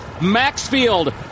Maxfield